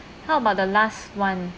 how about the last one